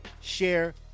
share